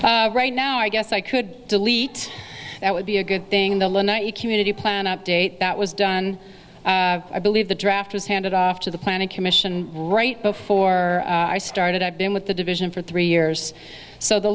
means right now i guess i could delete that would be a good thing the e q unity plan update that was done i believe the draft was handed off to the planning commission right before i started i've been with the division for three years so the